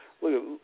look